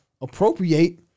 appropriate